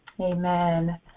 Amen